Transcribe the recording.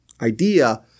idea